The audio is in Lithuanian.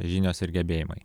žinios ir gebėjimai